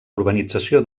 urbanització